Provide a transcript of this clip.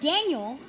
Daniel